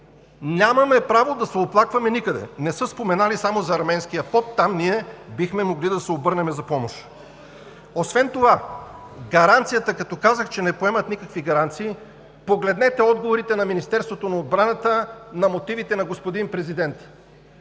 нямаме право никъде да се оплакваме. Не са споменали само за арменския поп, там ние бихме могли да се обърнем за помощ. Освен това гаранцията, като казах, че не поемат никакви гаранции, погледнете отговорите на Министерството на отбраната на мотивите на господин Президента.